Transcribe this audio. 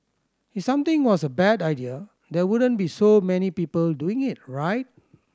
if something was a bad idea there wouldn't be so many people doing it right